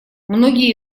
многие